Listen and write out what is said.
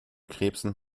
krebsen